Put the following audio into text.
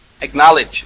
acknowledge